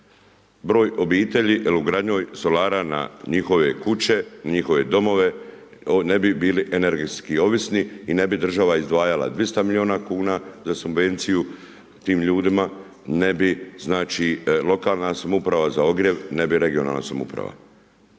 broj obitelji jer ugradnja solara na njihove kuće, njihove domove, ne bi bili energetski ovisni i ne bi država izdvajala 200 milijuna kuna za subvenciju tim ljudima, ne bi znači lokalna samouprava za ogrjev, ne bi regionalna samouprava.